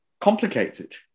complicated